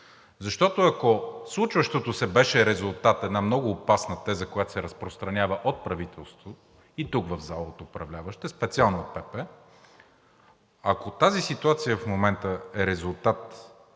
Защото, ако случващото се беше резултат, една много опасна теза, която се разпространява от правителството и тук в залата от управляващите, специално от ПП, ако тази ситуация в момента е резултат